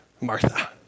Martha